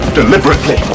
deliberately